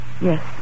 Yes